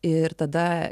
ir tada